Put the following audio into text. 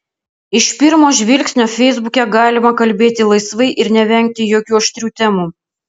iš pirmo žvilgsnio feisbuke galima kalbėti laisvai ir nevengti jokių aštrių temų